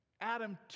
Adam